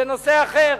זה נושא אחר,